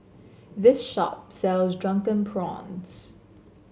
this shop sells Drunken Prawns